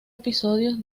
episodios